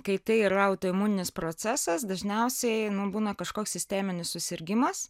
kai tai yra autoimuninis procesas dažniausiai būna kažkoks sisteminis susirgimas